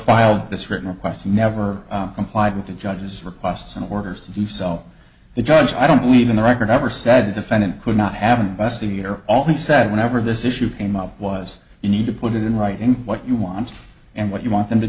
filed this written request never complied with the judge's requests and orders to do so the judge i don't believe in the record ever said defendant could not have an s t d or all he said whenever this issue came up was you need to put it in writing what you want and what you want them to